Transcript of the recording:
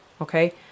okay